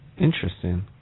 Interesting